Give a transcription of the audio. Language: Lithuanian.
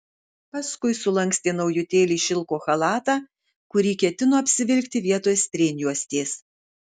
paskui sulankstė naujutėlį šilko chalatą kurį ketino apsivilkti vietoj strėnjuostės